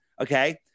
Okay